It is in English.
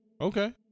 Okay